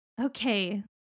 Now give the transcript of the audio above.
okay